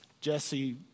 Jesse